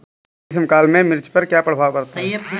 ग्रीष्म काल में मिर्च पर क्या प्रभाव पड़ता है?